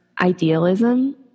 idealism